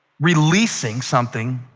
releasing something